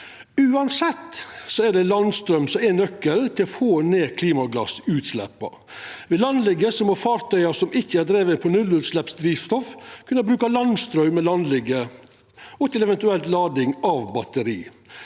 Uansett er det landstraum som er nøkkelen til å få ned klimagassutsleppa. Ved landligge må fartøya som ikkje er drivne på nullutsleppsdrivstoff, kunna bruka landstraum, òg til eventuell lading av batteri.